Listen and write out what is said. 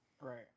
Right